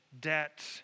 debt